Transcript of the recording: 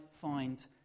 find